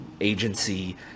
agency